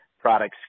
products